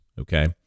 Okay